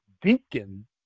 deacon